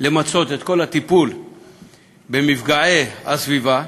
למצות את כל הטיפול במפגעי הסביבה,